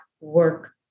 work